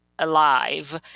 alive